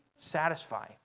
satisfy